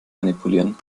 manipulieren